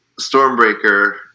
Stormbreaker